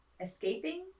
escaping